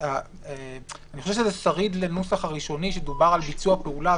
אני חושב שזה שריד לנוסח הראשוני כשדובר על ביצוע פעולה,